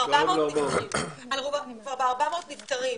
אנחנו כבר ב-400 נפטרים.